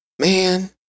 Man